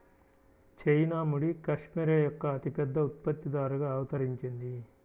China ముడి cashmere యొక్క అతిపెద్ద ఉత్పత్తిదారుగా అవతరించింది